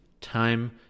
time